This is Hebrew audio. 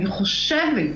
אני חושבת,